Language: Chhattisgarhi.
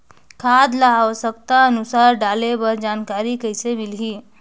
खाद ल आवश्यकता अनुसार डाले बर जानकारी कइसे मिलही?